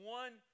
one